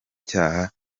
cyaha